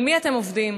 על מי אתם עובדים?